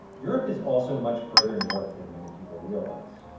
europe is also much further north than many people realize.